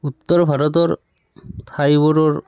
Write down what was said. উত্তৰ ভাৰতৰ ঠাইবোৰৰ